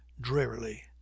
drearily